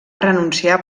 renunciar